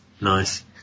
Nice